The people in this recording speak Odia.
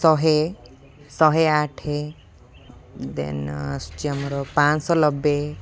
ଶହେ ଶହେ ଆଠେ ଦେନ୍ ଆସୁଛି ଆମର ପାଞ୍ଚଶହ ନବେ